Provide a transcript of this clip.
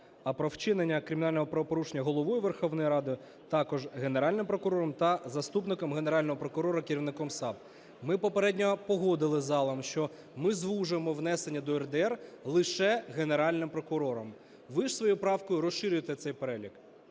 а про вчинення кримінального правопорушення Головою Верховної Ради також Генеральним прокурором, та заступником Генерального прокурора – керівником САП. Ми попередньо погодили залом, що ми звужуємо внесення до ЄРДР лише Генеральним прокурором. Ви ж своєю правкою розширюєте цей перелік.